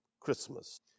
Christmas